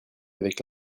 avec